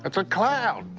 it's a cloud.